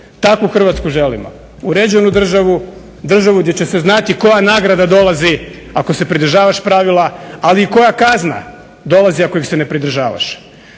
takvu Hrvatsku želimo. Uređenu državu, državu gdje će se znati koja nagrada dolazi ako se pridržavaš pravila, ali i koja kazna dolazi ako ih se ne pridržavaš.